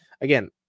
Again